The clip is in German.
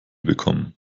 bekommen